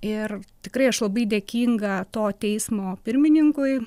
ir tikrai aš labai dėkinga to teismo pirmininkui